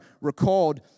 recalled